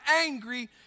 angry